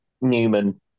Newman